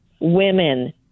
women